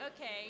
okay